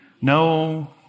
No